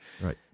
Right